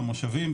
המושבים,